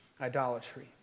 idolatry